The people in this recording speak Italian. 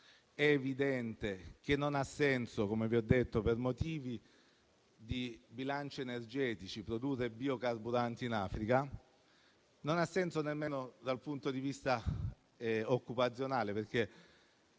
È evidente che non ha senso, come detto, per motivi di bilancio energetici produrre biocarburanti in Africa. Non ha senso nemmeno dal punto di vista occupazionale, perché